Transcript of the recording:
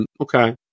okay